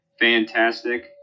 Fantastic